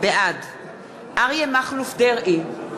בעד אריה מכלוף דרעי,